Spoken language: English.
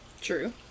True